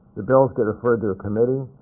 the bills get referred to a committee,